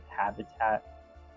habitat